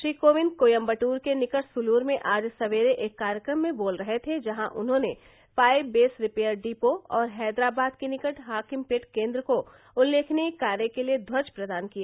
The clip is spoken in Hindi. श्री कोविंद कोयम्बदूर के निकट सुलूर में आज सवेरे एक कार्यक्रम में बोल रहे थे जहां उन्होंने फाइव बेस रिपेयर डिपो और हैदराबाद के निकट हाकिमपेट केन्द्र को उल्लेखनीय कार्य के लिए ध्वज प्रदान किए